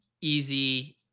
Easy